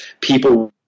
people